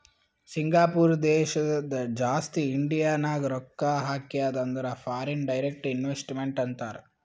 Singapore ದೇಶ ಜಾಸ್ತಿ ಇಂಡಿಯಾನಾಗ್ ರೊಕ್ಕಾ ಹಾಕ್ಯಾದ ಅಂದುರ್ ಫಾರಿನ್ ಡೈರೆಕ್ಟ್ ಇನ್ವೆಸ್ಟ್ಮೆಂಟ್ ಅಂತಾರ್